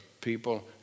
people